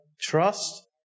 trust